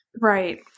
Right